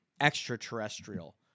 extraterrestrial